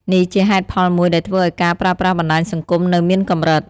នេះជាហេតុផលមួយដែលធ្វើឱ្យការប្រើប្រាស់បណ្ដាញសង្គមនៅមានកម្រិត។